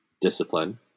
discipline